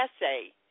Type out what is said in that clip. essay